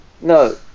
no